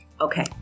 Okay